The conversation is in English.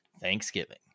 Thanksgiving